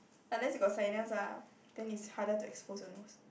unless you got sinus ah then it's harder to expose your nose